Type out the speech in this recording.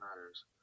Matters